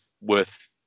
worth